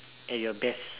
at your best